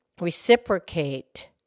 reciprocate